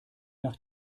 nach